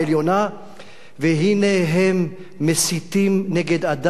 והנה הם מסיתים נגד אדם, נגד עדה, נגד קהילה,